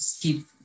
keep